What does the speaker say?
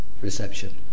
reception